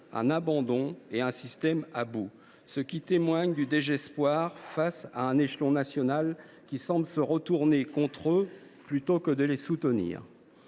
un « abandon » et un « système à bout ». Cela témoigne du désespoir face à un échelon national qui semble se retourner contre eux au lieu de les soutenir.